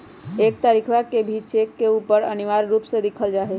एक तारीखवा के भी चेक के ऊपर अनिवार्य रूप से लिखल जाहई